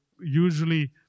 usually